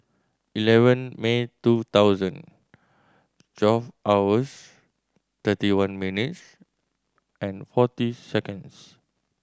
eleven May two thousand twelve hours thirty one minutes and forty seconds